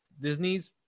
Disney's